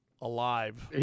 alive